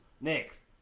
next